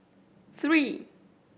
three